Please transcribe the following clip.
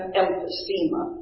emphysema